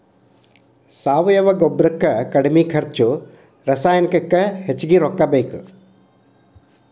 ಸಾವಯುವ ಗೊಬ್ಬರಕ್ಕ ಕಡಮಿ ಖರ್ಚು ರಸಾಯನಿಕಕ್ಕ ಹೆಚಗಿ ರೊಕ್ಕಾ ಬೇಕ